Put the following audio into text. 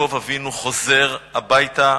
שיעקב אבינו חוזר הביתה,